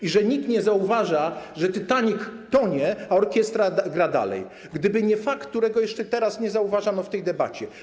I że nikt nie zauważa, że Titanic tonie, a orkiestra gra dalej, gdyby nie fakt, którego jeszcze nie zauważono w tej debacie.